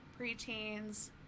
preteens